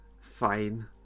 Fine